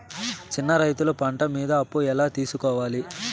చిన్న రైతులు పంట మీద అప్పు ఎలా తీసుకోవాలి?